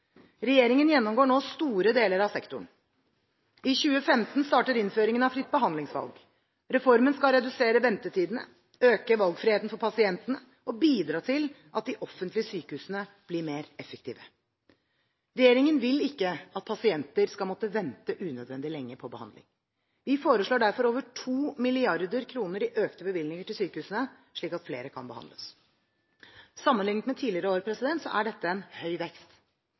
Regjeringen gjennomgår nå store deler av sektoren. I 2015 starter innføringen av fritt behandlingsvalg. Reformen skal redusere ventetidene, øke valgfriheten for pasientene og bidra til at de offentlige sykehusene blir mer effektive. Regjeringen vil ikke at pasienter skal måtte vente unødvendig lenge på behandling. Vi foreslår derfor over 2 mrd. kr i økte bevilgninger til sykehusene slik at flere kan behandles. Sammenlignet med tidligere år er dette en høy vekst.